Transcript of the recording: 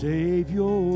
Savior